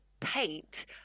paint